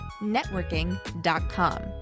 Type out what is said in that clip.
networking.com